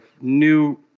new